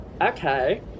Okay